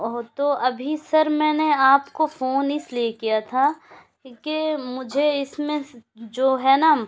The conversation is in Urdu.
ہو تو ابھی سر میں نے آپ کو فون اس لیے کیا تھا کہ مجھے اس میں سے جو ہے نا